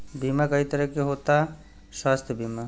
बीमा कई तरह के होता स्वास्थ्य बीमा?